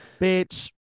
Bitch